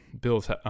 Bill's